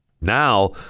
Now